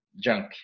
junk